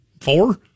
four